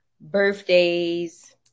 birthdays